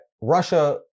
Russia